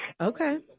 Okay